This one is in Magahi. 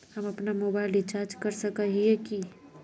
हम अपना मोबाईल रिचार्ज कर सकय हिये की?